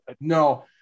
No